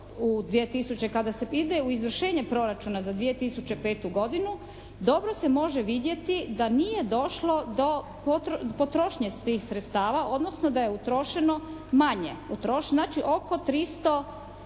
kada se ide u izvršenje Proračuna za 2005. godinu dobro se može vidjeti da nije došlo do potrošnje svih sredstava, odnosno da je utrošeno manje. Znači oko 310